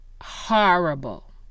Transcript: Horrible